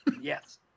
Yes